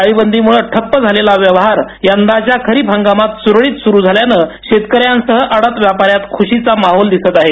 टाळेबंदीमुळे ठप्प झालेला व्यवहार यंदाच्या खरीप हंगामात सुरळीत सुरू झाल्याने शेतकऱ्यांसह आडत व्यापाऱ्यात खुशीचा माहोल दिसत आहे